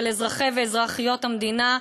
של אזרחי ואזרחיות המדינה,